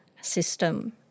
system